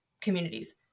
communities